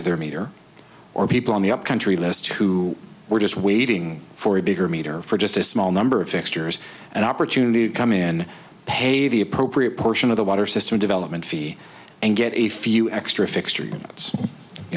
upsize their meter or people on the upcountry list who were just waiting for a bigger meter for just a small number of fixtures an opportunity to come in pay the appropriate portion of the water system development fee and get a few extra fixture